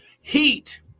heat